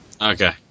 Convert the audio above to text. Okay